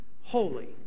holy